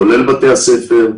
בתי הספר,